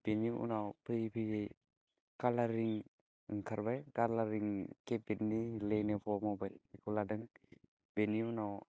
बेनि उनाव फैयै फैयै कालारिं ओंखारबाय कालारिं केपेटनि लेनेभ' मबाइल बेखौ लादों बेनि उनाव